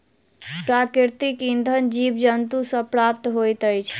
प्राकृतिक इंधन जीव जन्तु सॅ प्राप्त होइत अछि